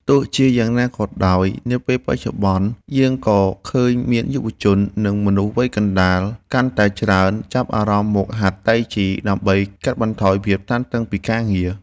ទោះជាយ៉ាងណាក៏ដោយ នាពេលបច្ចុប្បន្នយើងក៏ឃើញមានយុវជន និងមនុស្សវ័យកណ្ដាលកាន់តែច្រើន ចាប់អារម្មណ៍មកហាត់តៃជីដើម្បីកាត់បន្ថយភាពតានតឹងពីការងារ។